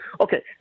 Okay